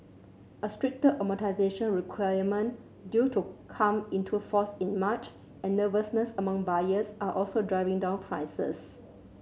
a stricter amortisation requirement due to come into force in March and nervousness among buyers are also driving down prices